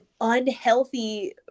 unhealthy